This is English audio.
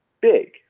big